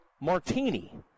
martini